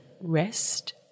rest